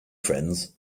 friends